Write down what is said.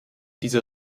dieser